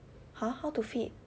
!huh! how to fit